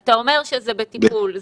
אתה אומר שזה בטיפול.